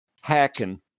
hacking